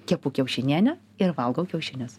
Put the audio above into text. kepu kiaušinienę ir valgau kiaušinius